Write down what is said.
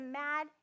mad